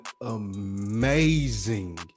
amazing